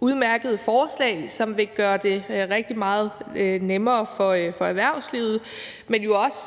udmærkede lovforslag, som vil gøre det rigtig meget nemmere for erhvervslivet. Men